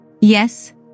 Yes